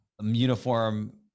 uniform